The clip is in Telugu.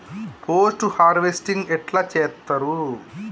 పోస్ట్ హార్వెస్టింగ్ ఎట్ల చేత్తరు?